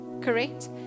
Correct